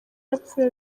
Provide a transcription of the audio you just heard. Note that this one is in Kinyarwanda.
yapfuye